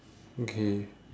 okay